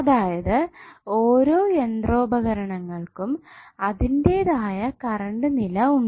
അതായത് ഓരോ യന്ത്രാപകരണങ്ങൾക്കും അതിന്റെതായ കരണ്ട് നില ഉണ്ട്